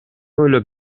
ойлоп